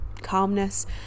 calmness